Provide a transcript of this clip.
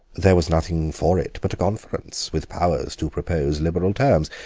there was nothing for it but a conference, with powers to propose liberal terms.